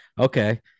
Okay